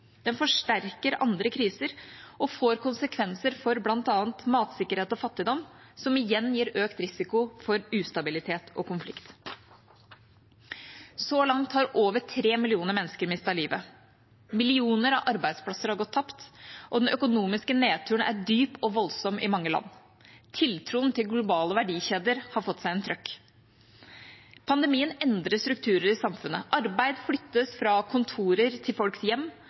Den forsterker andre kriser og får konsekvenser for bl.a. matsikkerhet og fattigdom, som igjen gir økt risiko for ustabilitet og konflikt. Så langt har over tre millioner mennesker mistet livet. Millioner av arbeidsplasser har gått tapt. Den økonomiske nedturen er dyp og voldsom i mange land. Tiltroen til globale verdikjeder har fått seg en trøkk. Pandemien endrer strukturer i samfunnet: Arbeid flyttes fra kontorer til folks hjem,